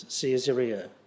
Caesarea